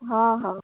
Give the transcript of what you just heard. ହଁ ହଁ